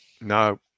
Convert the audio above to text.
no